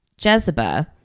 Jezebel